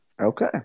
Okay